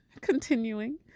continuing